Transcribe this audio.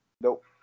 Nope